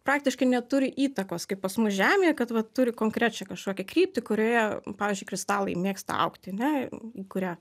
praktiškai neturi įtakos kaip pas mus žemėje kad vat turi konkrečią kažkokią kryptį kurioje pavyzdžiui kristalai mėgsta augti ne į kurią